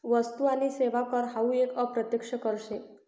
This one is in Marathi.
वस्तु आणि सेवा कर हावू एक अप्रत्यक्ष कर शे